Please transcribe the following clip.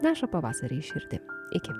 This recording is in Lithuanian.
neša pavasarį išardyti iki